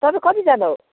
तपाईँ कतिजना हो